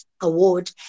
award